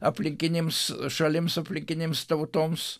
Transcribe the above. aplinkinėms šalims aplinkinėms tautoms